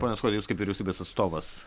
pone skuodi jūs kaip vyriausybės atstovas